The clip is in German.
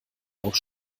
auch